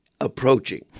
approaching